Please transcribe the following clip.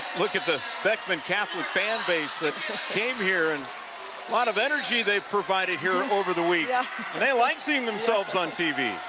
look at the beckman catholic fan base that came here and a lot of energy they've provided here over the week yeah they like seeing themselves on tv.